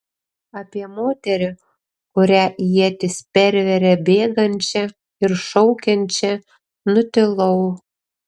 apie moterį kurią ietis perveria bėgančią ir šaukiančią nutilau